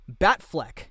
Batfleck